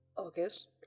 August